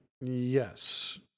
Yes